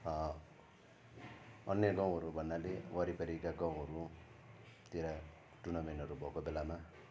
अन्य गाउँ भन्नाले वरिपरिका गाउँहरूतिर टुर्नामेन्टहरू भएको बेलामा